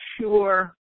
sure